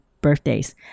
birthdays